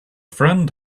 friend